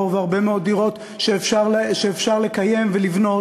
והרבה מאוד דירות שאפשר לקיים ולבנות,